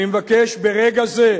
אני מבקש ברגע זה,